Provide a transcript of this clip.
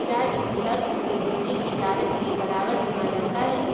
क्या छूट दर को पूंजी की लागत के बराबर चुना जाता है?